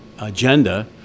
agenda